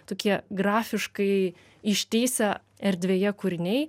tokie grafiškai ištįsę erdvėje kūriniai